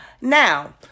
Now